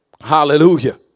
Hallelujah